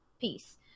Peace